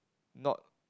not